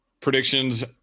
predictions